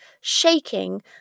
shaking